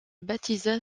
baptisa